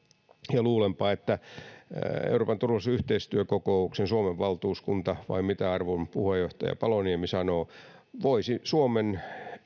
ja luulenpa että euroopan turvallisuus ja yhteistyökokouksen suomen valtuuskunta vai mitä arvon puheenjohtaja paloniemi sanoo voisi suomen